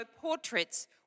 portraits